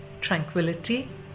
tranquility